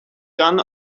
gun